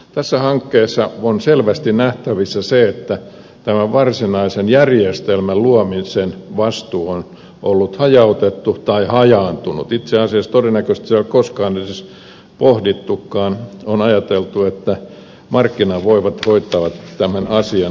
tässä hankkeessa on selvästi nähtävissä se että tämän varsinaisen järjestelmän luomisen vastuu on ollut hajautettu tai hajaantunut itse asiassa todennäköisesti sitä ei ole koskaan edes pohdittukaan vaan on ajateltu että markkinavoimat hoitavat tämän asian taitavasti